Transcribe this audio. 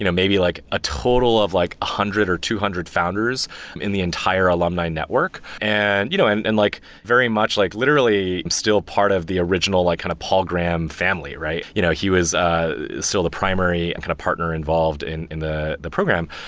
you know maybe like a total of like a one hundred or two hundred founders in the entire alumni network and you know and and like very much like literally, still part of the original like kind of paul graham family, right? you know he was ah still the primary and kind of partner involved in in the the program.